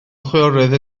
chwiorydd